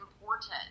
important